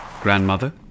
Grandmother